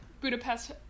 budapest